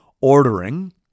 ordering